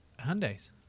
Hyundais